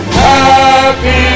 happy